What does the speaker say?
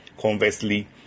Conversely